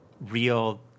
real